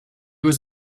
was